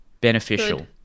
beneficial